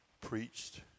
preached